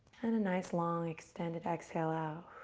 and a nice, long, extended exhale out.